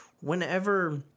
whenever